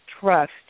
trust